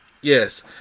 yes